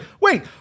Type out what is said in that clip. wait